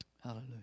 Hallelujah